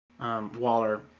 Waller